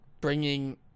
bringing